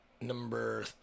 number